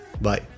Bye